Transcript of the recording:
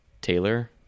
Taylor